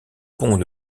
pont